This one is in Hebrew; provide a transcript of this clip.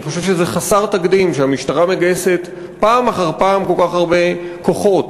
אני חושב שזה חסר תקדים שהמשטרה מגייסת פעם אחר פעם כל כך הרבה כוחות,